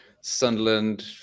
Sunderland